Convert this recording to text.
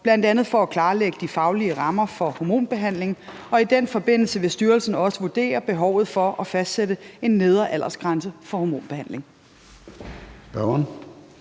bl.a. for at klarlægge de faglige rammer for hormonbehandling. Og i den forbindelse vil styrelsen også vurdere behovet for at fastsætte en nedre aldersgrænse for hormonbehandling.